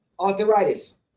Arthritis